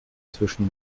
zwischen